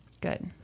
Good